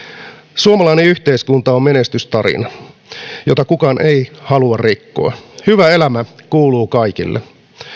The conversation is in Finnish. suomalainen yhteiskunta on menestystarina jota kukaan ei halua rikkoa hyvä elämä kuuluu kaikille